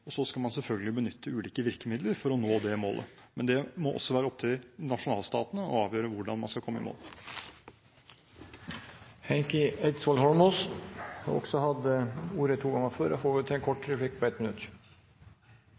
og så skal man selvfølgelig benytte ulike virkemidler for å nå det målet. Men det må også være opp til nasjonalstatene å avgjøre hvordan man skal komme i mål. Representanten Heikki Eidsvoll Holmås har hatt ordet to ganger tidligere og får ordet til en kort merknad, begrenset til 1 minutt.